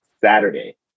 Saturday